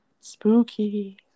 Spooky